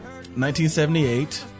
1978